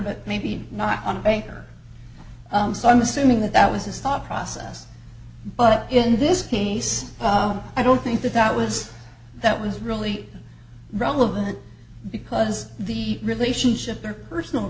but maybe not on a banker so i'm assuming that that was his thought process but in this case i don't think that that was that was really relevant because the relationship or personal